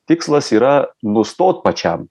tikslas yra nustot pačiam